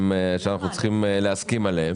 שאנחנו צריכים להסכים עליהם,